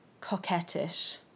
coquettish